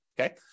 Okay